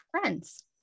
friends